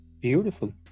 Beautiful